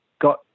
got